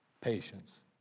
Patience